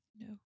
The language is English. No